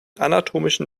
anatomischen